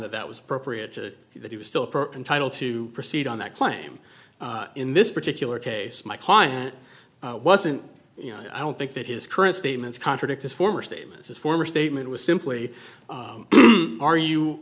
that that was appropriate that he was still pro entitled to proceed on that claim in this particular case my client wasn't you know i don't think that his current statements contradict his former statements his former statement was simply are you